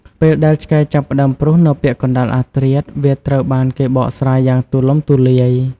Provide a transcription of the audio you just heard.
ពេលដែលឆ្កែចាប់ផ្តើមព្រុសនៅពាក់កណ្តាលអធ្រាត្រ វាត្រូវបានគេបកស្រាយយ៉ាងទូលំទូលាយ។